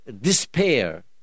despair